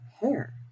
hair